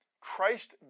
Christ